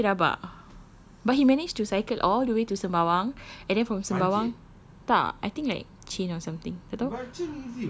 no ah but he say rabak but he managed to cycle all the way to sembawang and then from sembarang tak I think like chain or something tak tahu